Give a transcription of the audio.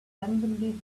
randomly